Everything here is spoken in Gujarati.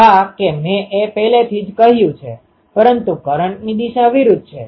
હા કે મેં એ પહેલેથી જ કહ્યું છે પરંતુ કરંટની દિશા વિરુદ્ધ છે